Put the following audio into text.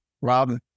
Rob